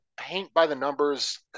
paint-by-the-numbers